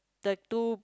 the two